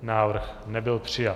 Návrh nebyl přijat.